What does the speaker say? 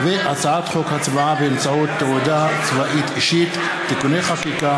הצעת חוק הצבעה באמצעות תעודה צבאית אישית (תיקוני חקיקה),